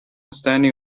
standing